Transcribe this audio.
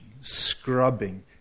scrubbing